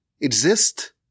exist